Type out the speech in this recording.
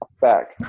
back